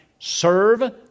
Serve